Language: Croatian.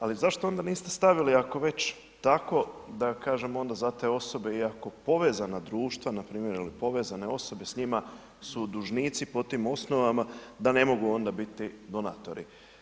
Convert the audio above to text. Ali zašto onda niste stavili ako već tako da kažem onda za te osobe iako povezana društva, npr. ili povezane osobe s njima su dužnici po tim osnovama, da ne mogu onda biti donatori.